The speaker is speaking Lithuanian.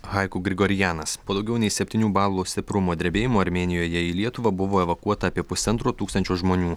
haiku grigorianas po daugiau nei septynių balų stiprumo drebėjimo armėnijoj į lietuvą buvo evakuota apie pusantro tūkstančio žmonių